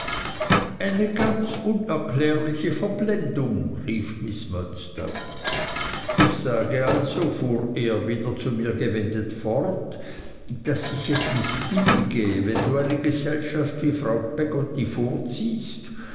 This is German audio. eine ganz unerklärliche verblendung rief miß murdstone ich sage also fuhr er wieder zu mir gewendet fort daß ich es mißbillige wenn du eine gesellschaft wie frau peggotty vorziehst